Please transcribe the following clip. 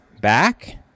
back